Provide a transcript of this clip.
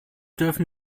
dürfen